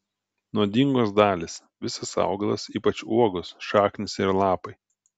nuodingos dalys visas augalas ypač uogos šaknys ir lapai